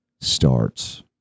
starts